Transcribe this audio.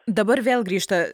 dabar vėl grįžta